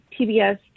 PBS